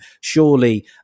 Surely